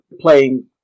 playing